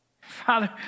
Father